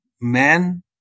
men